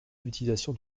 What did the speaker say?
l’utilisation